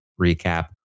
recap